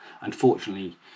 unfortunately